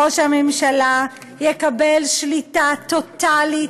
ראש הממשלה יקבל שליטה טוטלית,